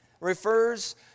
refers